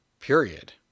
Period